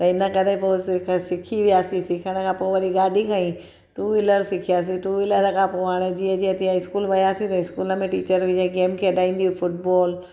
त इनकरे पोइ सिर्फ़ु सिखी वियासीं सिखण खां पोइ वरी गाॾी कई टू विलर सिखियासीं टू विलर खां पोइ हाणे जीअं जीअं तीअं स्कूल वियासीं त स्कूल में टीचर बि गेम खेलाईंदी फुटबॉल